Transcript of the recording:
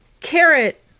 Carrot